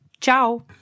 Ciao